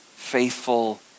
Faithful